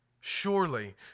Surely